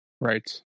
Right